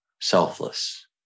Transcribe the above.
selfless